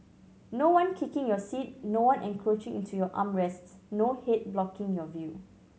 no one kicking your seat no one encroaching into your arm rests no head blocking your view